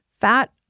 fat